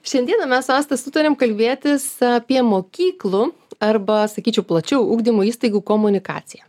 šiandieną mes su asta sutarėm kalbėtis apie mokyklų arba sakyčiau plačiau ugdymo įstaigų komunikaciją